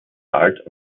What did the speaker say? alt